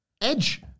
Edge